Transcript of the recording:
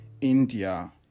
India